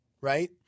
right